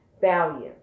value